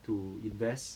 to invest